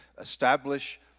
establish